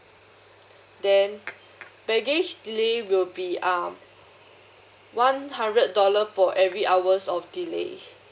then baggage delay will be um one hundred dollar for every hours of delay